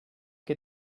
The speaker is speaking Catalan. que